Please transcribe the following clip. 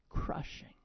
crushing